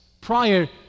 prior